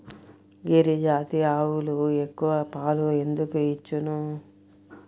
గిరిజాతి ఆవులు ఎక్కువ పాలు ఎందుకు ఇచ్చును?